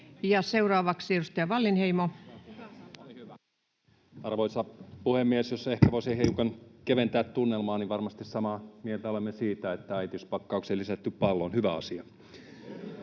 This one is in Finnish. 20.6.2023 Time: 16:17 Content: Arvoisa puhemies! Jos ehkä voisin hiukan keventää tunnelmaa, niin varmasti samaa mieltä olemme siitä, että äitiyspakkaukseen lisätty pallo on hyvä asia.